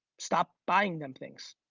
stop buying them things.